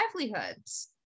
livelihoods